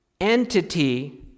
entity